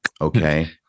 Okay